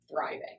thriving